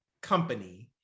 company